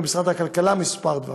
משרד הכלכלה כמה דברים: